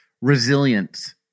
resilience